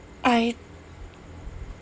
I